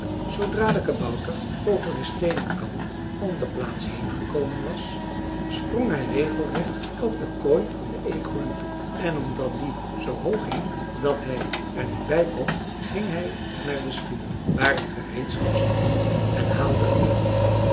zoodra de kabouter over den steenen kant om de plaats heen gekomen was sprong hij regelrecht op de kooi van den eekhoorn toe en omdat die zoo hoog hing dat hij er niet bij kon ging hij naar de schuur waar het gereedschap stond en haalde een lat